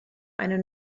eine